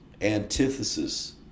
antithesis